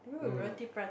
no no